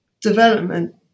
development